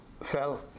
fell